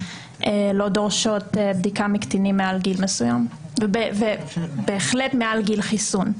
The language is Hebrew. לא דורשות מקטינים מעל גיל מסוים בדיקה ובהחלט מעל גיל חיסון.